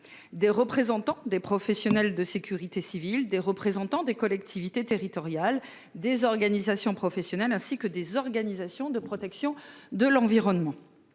des représentants des acteurs de la sécurité civile, des collectivités territoriales, des organisations professionnelles, ainsi que des organisations de protection de l'environnement.